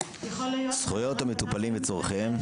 זכויות המטופלים וצרכיהם,